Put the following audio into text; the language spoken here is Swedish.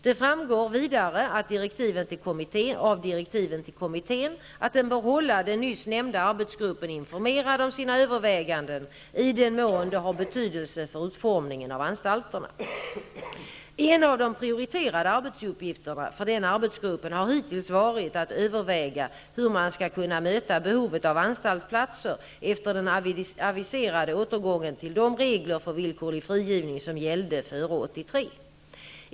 Det framgår vidare av direktiven till kommittén att den bör hålla den nyss nämnda arbetsgruppen informerad om sina överväganden i den mån de har betydelse för utformningen av anstalterna. En av de prioriterade arbetsuppgifterna för den arbetsgruppen har hittills varit att överväga hur man skall kunna möta behovet av anstaltsplatser efter den aviserade återgången till de regler för villkorlig frigivning som gällde före 1983.